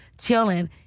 chilling